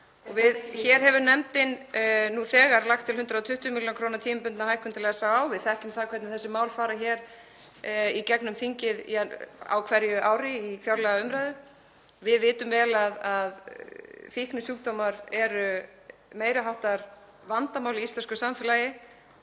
í.) Hér hefur nefndin nú þegar lagt til 120 millj. kr. tímabundna hækkun til SÁÁ. Við þekkjum það hvernig þessi mál fara hér í gegnum þingið á hverju ári í fjárlagaumræðu. Við vitum vel að fíknisjúkdómar eru meiri háttar vandamál í íslensku samfélagi